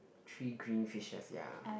three green fishers ya